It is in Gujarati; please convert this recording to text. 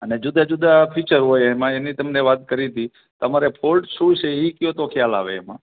અને જુદા જુદા ફીચર હોય એમાં એની તમને વાત કરી હતી તમારે ફૉલ્ટ શું છે એ કહો તો ખ્યાલ આવે એમાં